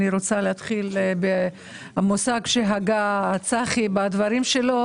אני רוצה להתחיל במושג שהגה צחי בדברים שלו.